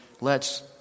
lets